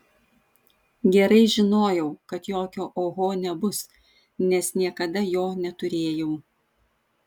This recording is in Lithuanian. gerai žinojau kad jokio oho nebus nes niekada jo neturėjau